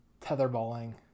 tetherballing